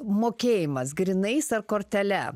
mokėjimas grynais ar kortele